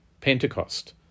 Pentecost